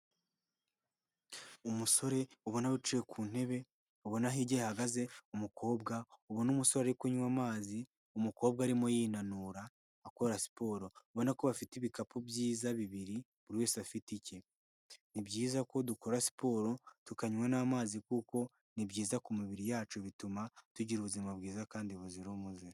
Umusore ubona wicaye ku ntebe, ubona hirya ye hahagaze umukobwa, ubona umusore kunywa amazi umukobwa arimo yinanura akora siporo, abona ko bafite ibikapu byiza bibiri buri wese afite ike, ni byiza ko dukora siporo tukanywa n'amazi kuko ni byiza ku mibiri yacu bituma tugira ubuzima bwiza kandi buzira umuze.